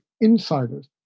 insiders